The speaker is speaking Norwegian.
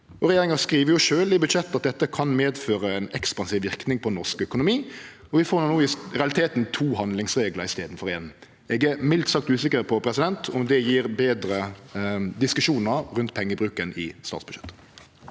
Regjeringa skriv sjølv i budsjettet at dette kan ha ein ekspansiv verknad på norsk økonomi, og vi får no i realiteten to handlingsreglar i staden for ein. Eg er mildt sagt usikker på om det gir betre diskusjonar rundt pengebruken i statsbudsjettet.